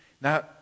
Now